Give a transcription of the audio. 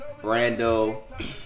Brando